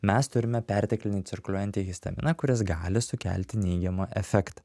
mes turime perteklinį cirkuliuojantį histaminą kuris gali sukelti neigiamą efektą